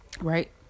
right